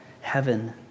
heaven